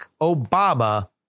Obama